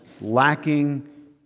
lacking